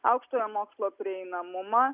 aukštojo mokslo prieinamumą